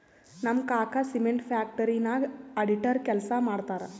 ನಮ್ ಕಾಕಾ cement factory ನಾಗ್ ಅಡಿಟರ್ ಕೆಲ್ಸಾ ಮಾಡ್ತಾರ್